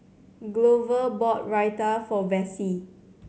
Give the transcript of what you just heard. Glover bought Raita for Vassie